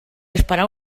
esperar